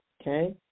okay